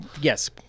Yes